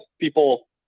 people